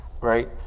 right